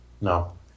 No